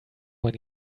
when